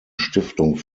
stiftung